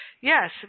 Yes